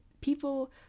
people